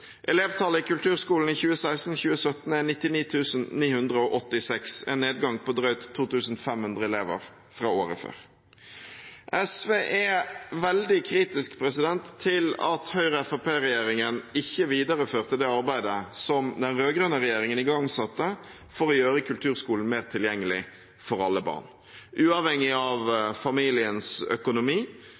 Elevtallet i kulturskolen i 2016/2017 er 99 986, en nedgang på drøyt 2 500 elever fra året før. SV er veldig kritisk til at Høyre–Fremskrittsparti-regjeringen ikke videreførte det arbeidet som den rød-grønne regjeringen igangsatte for å gjøre kulturskolen mer tilgjengelig for alle barn uavhengig av familiens økonomi,